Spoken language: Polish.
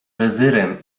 wezyrem